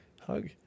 hug